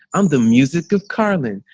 i'm the music of carlin.